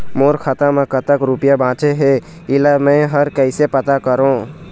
मोर खाता म कतक रुपया बांचे हे, इला मैं हर कैसे पता करों?